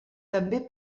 també